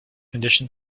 condition